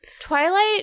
Twilight